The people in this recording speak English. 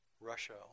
Russia